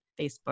Facebook